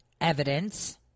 evidence